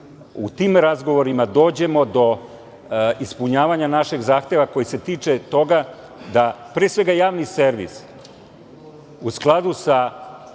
u tim razgovorima dođemo do ispunjavanja našeg zahteva koji se tiče toga da pre svega javni servis, u skladu sa